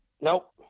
Nope